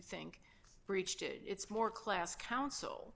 think breached it it's more class